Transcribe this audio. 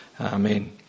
Amen